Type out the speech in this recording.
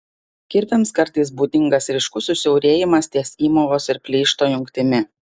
kirviams kartais būdingas ryškus susiaurėjimas ties įmovos ir pleišto jungtimi